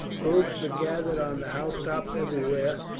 groups were gathered on the housetops everywhere,